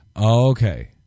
Okay